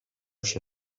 się